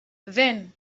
then